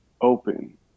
open